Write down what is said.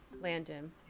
Landon